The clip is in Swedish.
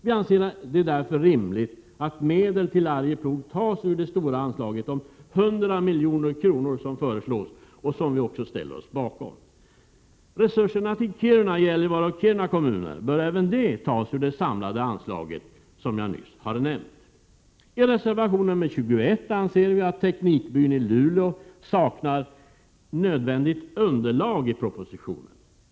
Vi anser det därför rimligt att medel till Arjeplog tas ur det stora anslaget om 100 milj.kr. som föreslås och som vi också ställer oss bakom. Resurser till Kiruna, Gällivare och Kalix kommuner bör även de tas ur det samlade anslaget som jag nyss har nämnt. I reservation 21 framhåller vi att förslaget om teknikbyn i Luleå saknar nödvändigt underlag i propositionen.